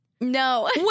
No